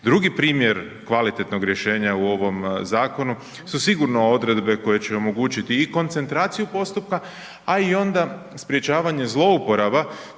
Drugo primjer kvalitetnog rješenja u ovom zakonu su sigurno odredbe koje će omogućiti i koncentraciju postupku a onda i sprječavanje zlouporaba